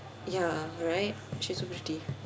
ya right she's so pretty